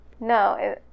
No